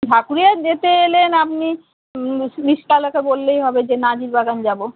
ঢাকুরিয়ায় যেতে এলেন আপনি রিকশাওয়ালাকে বললেই হবে যে নাজির বাগান যাব